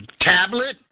Tablet